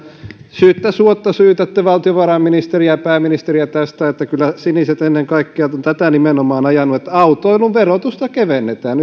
syyttä suotta syytätte valtiovarainministeriä ja pääministeriä tästä kyllä siniset ennen kaikkea ovat nimenomaan tätä ajaneet että yksinkertaisesti autoilun verotusta kevennetään